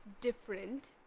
different